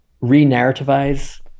re-narrativize